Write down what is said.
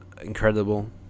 Incredible